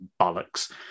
bollocks